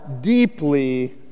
deeply